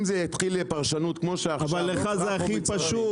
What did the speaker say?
אם זה יתחיל פרשנות כמו שעכשיו -- אבל לך זה הכי פשוט,